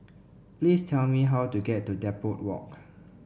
please tell me how to get to Depot Walk